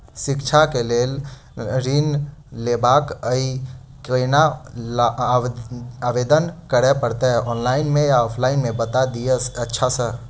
शिक्षा केँ लेल लऽ ऋण लेबाक अई केना आवेदन करै पड़तै ऑनलाइन मे या ऑफलाइन मे बता दिय अच्छा सऽ?